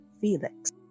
Felix